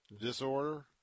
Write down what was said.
disorder